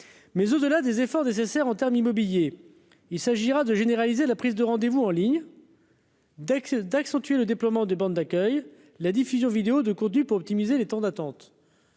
Mais au-delà des efforts nécessaires en termes immobilier, il s'agira de généraliser la prise de rendez vous en ligne. d'accentuer le déploiement des bornes d'accueil la diffusion vidéo de conduit pour optimiser les temps d'attente